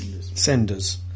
senders